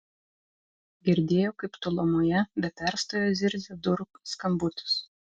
girdėjo kaip tolumoje be perstojo zirzia durų skambutis